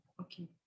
okay